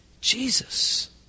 Jesus